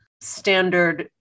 standard